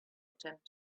attempt